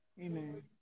Amen